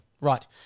right